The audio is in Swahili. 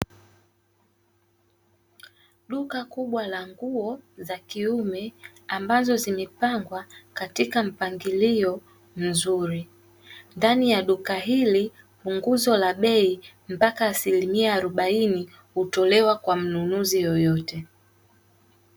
Duka kubwa la nguo za kiume ambazo zimepangwa katika mpangilio mzuri. Ndani ya duka hili, punguzo la bei mpaka asilimia arobaini, hutolewa kwa mnunuzi yoyote.